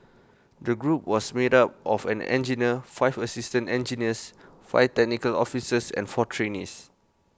the group was made up of an engineer five assistant engineers five technical officers and four trainees